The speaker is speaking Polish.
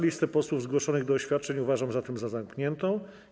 Listę posłów zgłoszonych do oświadczeń uważam zatem zamkniętą.